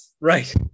Right